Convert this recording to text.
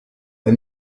the